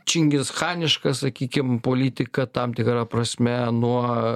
čingischaniška sakykim politika tam tikra prasme nuo